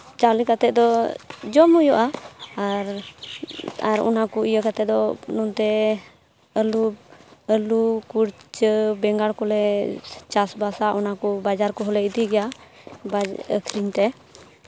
ᱪᱟᱣᱞᱮ ᱠᱟᱛᱮᱫ ᱫᱚ ᱡᱚᱢ ᱦᱩᱭᱩᱜᱼᱟ ᱟᱨ ᱟᱨ ᱚᱱᱟ ᱠᱚ ᱤᱭᱟᱹ ᱠᱟᱛᱮᱫ ᱫᱚ ᱱᱚᱱᱛᱮ ᱟᱞᱩ ᱟᱞᱩ ᱠᱩᱲᱪᱟᱹ ᱵᱮᱸᱜᱟᱬ ᱠᱚᱞᱮ ᱪᱟᱥᱵᱟᱥᱟ ᱚᱱᱟ ᱠᱚ ᱵᱟᱡᱟᱨ ᱠᱚᱦᱚᱸᱞᱮ ᱤᱫᱤ ᱜᱮᱭᱟ ᱵᱟᱡᱟᱨ ᱟᱹᱠᱷᱨᱤᱧ ᱛᱮ